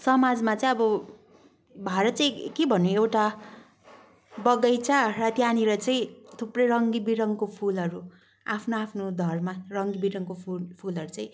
समाज चाहिँ अब भारत चाहिँ के भन्नु एउटा बगैँचा र त्यहाँनिर चाहिँ थुप्रै रङ्गी विरङ्गीको फुलहरू आफ्नो धर्म रङ विरङको फुलहरू चाहिँ